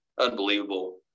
Unbelievable